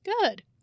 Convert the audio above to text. Good